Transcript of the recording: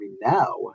now